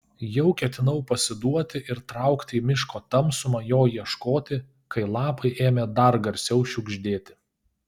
jau ketinau pasiduoti ir traukti į miško tamsumą jo ieškoti kai lapai ėmė dar garsiau šiugždėti